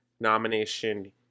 nomination